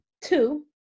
two